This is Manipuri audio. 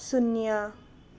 ꯁꯨꯟꯅ꯭ꯌꯥ